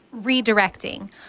redirecting